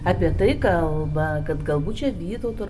apie tai kalba kad galbūt čia vytauto